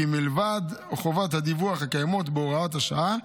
כי מלבד חובות הדיווח הקיימות בהוראת השעה,